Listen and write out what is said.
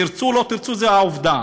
תרצו, לא תרצו, זאת העובדה,